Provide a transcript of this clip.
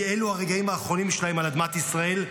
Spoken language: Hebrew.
כי אלו הרגעים האחרונים שלהם על אדמת ישראל.